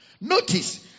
Notice